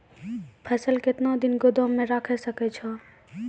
फसल केतना दिन गोदाम मे राखै सकै छौ?